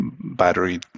battery